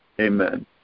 Amen